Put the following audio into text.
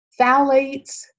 phthalates